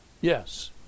Yes